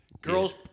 Girls